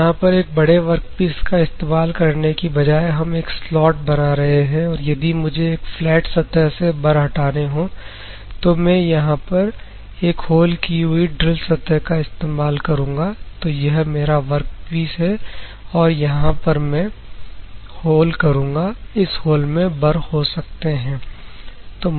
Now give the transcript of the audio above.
तो यहां पर एक बड़े वर्कपीस का इस्तेमाल करने की बजाय हम एक स्लॉट बना रहे हैं और यदि मुझे एक फ्लैट सतह से बर हटाने हो तो मैं यहां पर एक होल की हुई ड्रिल सतह का इस्तेमाल करूंगा तो यह मेरा वर्कपीस है और यहां पर मैं एक होल करूंगा और इस होल में बर हो सकते हैं